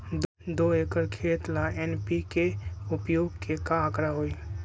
दो एकर खेत ला एन.पी.के उपयोग के का आंकड़ा होई?